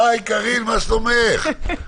הי קארין, מה שלומך?